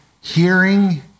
Hearing